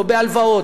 לא בהלוואות,